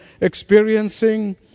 experiencing